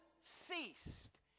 ceased